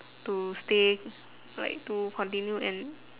to stay like to continue and